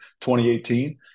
2018